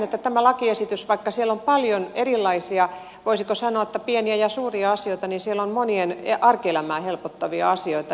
vaikka tässä lakiesityksessä on paljon erilaisia voisiko sanoa pieniä ja suuria asioita niin minusta siellä on monien arkielämää helpottavia asioita